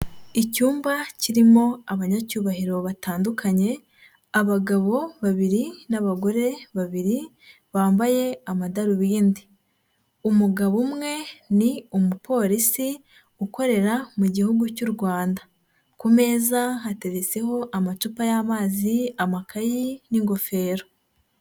Icyumba kirimo abanyacyubahiro batandukanye. Abagabo babiri n'abagore babiri bambaye amadarubindi. umugabo umwe ni umupolisi ukorera mu gihugu cy'u Rwanda. Ku meza hateretseho amacupa y'amazi amakaye n'ingofero.